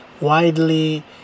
widely